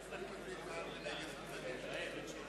כהצעת הוועדה, נתקבל.